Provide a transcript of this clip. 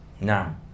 Now